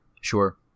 Sure